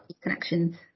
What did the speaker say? connections